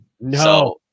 no